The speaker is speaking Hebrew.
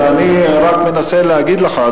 אני רק מנסה להגיד לך,